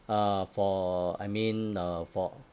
uh for I mean uh for